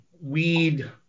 weed